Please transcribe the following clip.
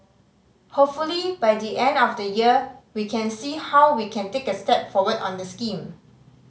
hopefully by the end of the year we can see how we can take a step forward on the scheme